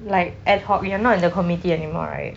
like ad hoc you are not in the committee anymore right